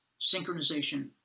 synchronization